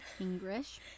English